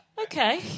Okay